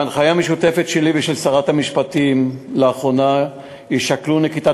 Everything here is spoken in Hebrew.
בהנחיה משותפת שלי ושל שרת המשפטים לאחרונה תישקל נקיטת